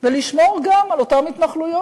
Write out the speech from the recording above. ולשמור גם על אותן התנחלויות,